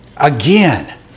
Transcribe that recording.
again